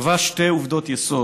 קבע כי שתי עובדות יסוד,